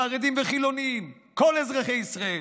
חרדים וחילונים, כל אזרחי ישראל.